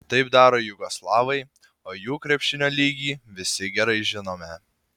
taip daro jugoslavai o jų krepšinio lygį visi gerai žinome